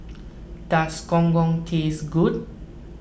does Gong Gong taste good